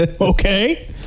Okay